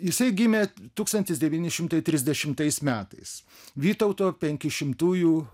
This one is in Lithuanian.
jisai gimė tūkstantis devyni šimtai trisdešimtais metais vytauto penkišimtųjų